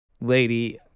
lady